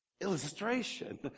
illustration